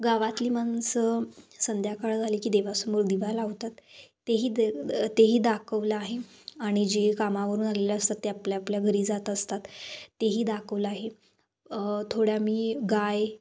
गावातली माणसं संध्याकाळ झाली की देवासमोर दिवा लावतात तेही दे तेही दाखवलं आहे आणि जे कामावरून आलेले असतात ते आपल्या आपल्या घरी जात असतात तेही दाखवलं आहे थोड्या मी गाय